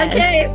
Okay